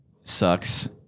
sucks